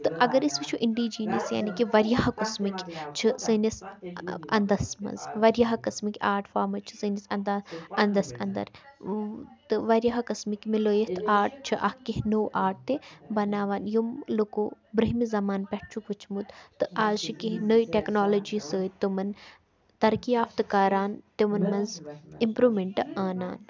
تہٕ اَگر أسۍ وٕچھو اِنٛڈیٖجیٖنیَس یعنی کہِ واریاہو قٕسمٕکۍ چھِ سٲنِس انٛدَس منٛز واریاہو قٕسمٕکۍ آرٹ فارمٕز چھِ سٲنِس انٛدا انٛدَس انٛدَر تہٕ واریاہو قٕسمٕکۍ مِلٲیِتھ آرٹ چھِ اَکھ کیٚنٛہہ نوٚو آرٹ تہِ بَناوان یِم لُکو برٛونٛہمہِ زَمانہٕ پٮ۪ٹھ چھُکھ وٕچھمُت تہٕ آز چھِ کیٚنٛہہ نٔے ٹٮ۪کنالٔجی سۭتۍ تِمَن ترقی یافتہٕ کَران تِمَن منٛز اِمپرٛوٗمٮ۪نٛٹ آنان